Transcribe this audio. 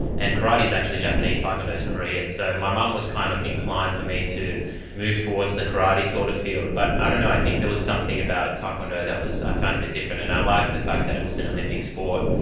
and karate is actually japanese, taekwondo is korean, so my mum was kind of inclined for me to move towards the karate sort of field, but i don't know, i think there was something about taekwondo that i found a bit different, and i liked the fact that it was an olympic sport.